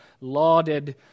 lauded